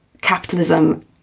capitalism